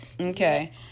okay